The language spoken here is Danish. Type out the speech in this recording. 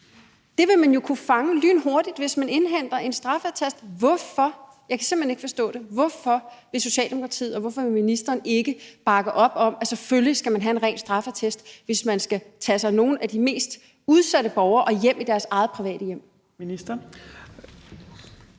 Det vil man jo kunne fange lynhurtigt, hvis man indhenter en straffeattest. Jeg kan simpelt ikke forstå det. Hvorfor vil Socialdemokratiet og hvorfor vil ministeren ikke bakke op om, at man selvfølgelig skal have en ren straffeattest, hvis man skal tage sig nogle af de mest udsatte borgere i deres eget private hjem?